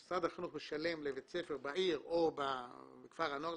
שמשרד החינוך משלם לבית ספר בעיר או בכפר הנוער,